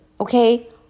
okay